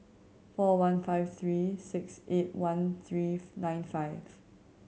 four one five three six eight one three nine five